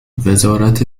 وزارت